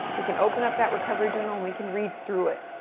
we can open up that recovery journal and we can read through it.